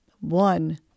one